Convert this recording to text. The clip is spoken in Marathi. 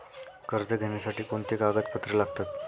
कर्ज घेण्यासाठी कोणती कागदपत्रे लागतात?